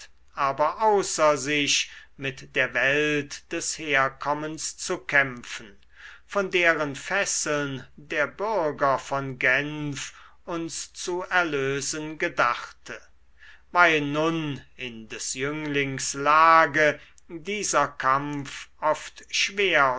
aber außer sich mit der welt des herkommens zu kämpfen von deren fesseln der bürger von genf uns zu erlösen gedachte weil nun in des jünglings lage dieser kampf oft schwer